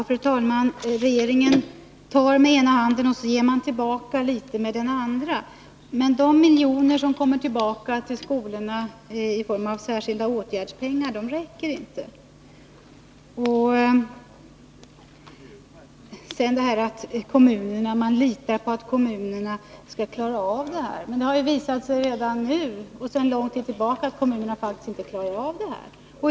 Fru talman! Regeringen tar med ena handen och ger tillbaka litet med den andra. Men de miljoner som kommer tillbaka till skolorna i form av pengar för särskilda åtgärder räcker inte. Man litar på att kommunerna skall klara av det här. Men det har ju visat sig sedan lång tid tillbaka att kommunerna faktiskt inte klarar av det.